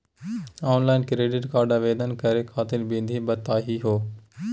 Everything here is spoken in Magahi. ऑनलाइन क्रेडिट कार्ड आवेदन करे खातिर विधि बताही हो?